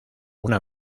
una